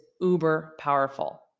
uber-powerful